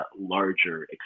larger